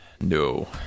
No